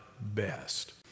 best